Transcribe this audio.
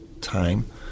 time